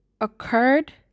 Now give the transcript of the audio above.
occurred